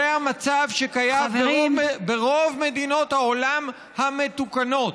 זה המצב שקיים ברוב מדינות העולם המתוקנות,